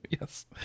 Yes